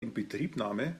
inbetriebnahme